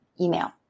email